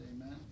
amen